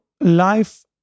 life